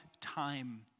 time